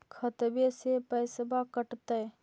खतबे से पैसबा कटतय?